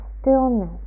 stillness